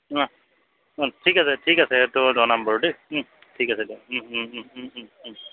ঠিক আছে ঠিক আছে সেইটো জনাম বাৰু দেই ঠিক আছে দিয়া